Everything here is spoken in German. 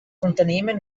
unternehmen